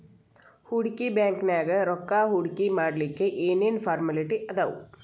ಹೂಡ್ಕಿ ಬ್ಯಾಂಕ್ನ್ಯಾಗ್ ರೊಕ್ಕಾ ಹೂಡ್ಕಿಮಾಡ್ಲಿಕ್ಕೆ ಏನ್ ಏನ್ ಫಾರ್ಮ್ಯಲಿಟಿ ಅದಾವ?